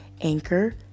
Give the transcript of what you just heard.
Anchor